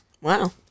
Wow